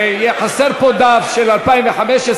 חסר פה דף של 2015 לעניין הפיתוח הלאומי,